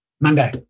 Monday